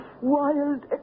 wild